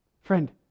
Friend